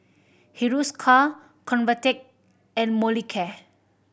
Hiruscar Convatec and Molicare